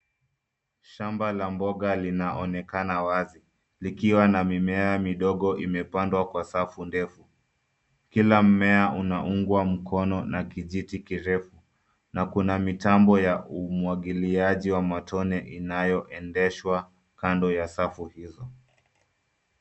Shamba la mboga linaonekana wazi likiwa na mimea midogo imepandwa kwa safu ndefu. Kila mmea unaungwa mkono na kijiti kirefu na kuna mitambo ya umwagiliaji wa matone inayoendeshwa kando ya safu hizi.